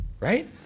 right